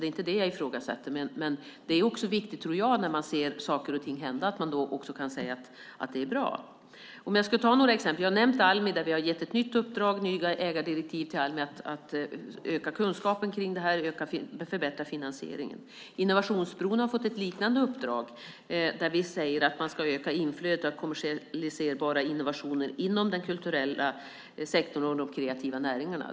Det är inte det jag ifrågasätter, men det är också viktigt, tror jag, att man när man ser saker och ting hända också kan säga att det är bra. Jag ska ta några exempel. Jag har nämnt Almi där vi har gett ett nytt uppdrag, nya ägardirektiv till Almi att öka kunskapen kring det här och förbättra finansieringen. Innovationsbron har fått ett liknande uppdrag där vi säger att man ska öka inflödet av kommersialiserbara innovationer inom den kulturella sektorn och de kreativa näringarna.